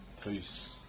Peace